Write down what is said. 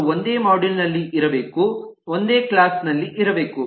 ಅವರು ಒಂದೇ ಮಾಡ್ಯೂಲ್ ನಲ್ಲಿರಬೇಕು ಒಂದೇ ಕ್ಲಾಸ್ ನಲ್ಲಿರಬೇಕು